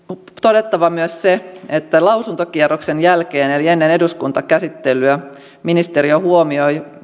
todettava myös se että lausuntokierroksen jälkeen eli ennen eduskuntakäsittelyä ministeriö huomioi